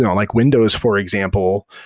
like windows for example,